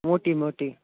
मोठीं मोठीं